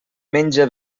menja